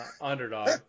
underdog